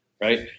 right